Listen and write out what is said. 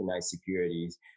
securities